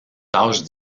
tâche